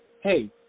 hey